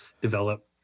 develop